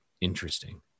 interesting